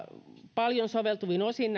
paljon soveltuvin osin